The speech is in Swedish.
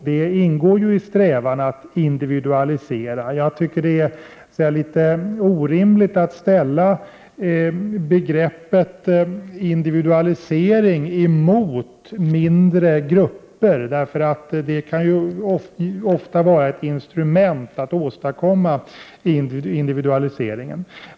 Det ingår i strävan att individualisera. Jag tycker att det är något orimligt att ställa begreppet individualisering emot mindre grupper. Mindre grupper kan ofta vara ett instrument som kan användas för att åstadkomma individualisering.